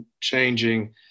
changing